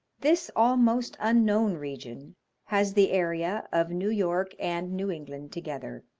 this almost unknown region has the area of new york and new england together.